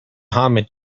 hamid